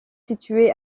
situé